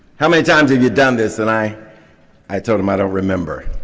how many times have you done this and i i told them i don't remember.